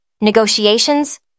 Negotiations